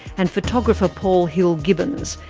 and photographer paul hill-gibbins.